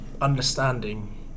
understanding